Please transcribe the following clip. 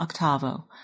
Octavo